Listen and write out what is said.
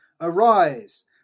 Arise